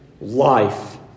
life